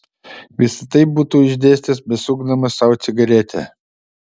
visa tai būtų išdėstęs besukdamas sau cigaretę